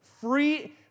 free